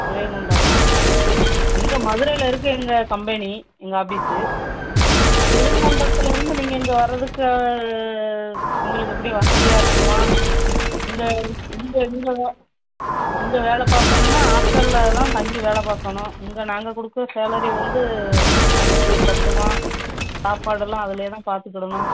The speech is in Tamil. ஸ்ரீவைகுண்டமா எங்கே மதுரையில் இருக்கு எங்கள் கம்பெனி எங்கள் ஆபீஸ்ஸு ஸ்ரீவைகுண்டத்துலருந்து நீங்கள் இங்கே வர்றதுக்கு உங்களுக்கு எப்படி வசதியாக இருக்குமா இல்லை உங்கள் நீங்கள் இங்கே வேலை பார்க்கணுன்னா ஹாஸ்ட்டலில் தான் தங்கி வேலை பார்க்கணும் இங்கே நாங்கள் கொடுக்கற சாலரி வந்து உங்களுக்கு பத்துமா சாப்பாடெல்லாம் அதுலையே தான் பார்த்துக்கிடணும்